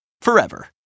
forever